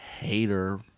hater